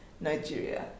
Nigeria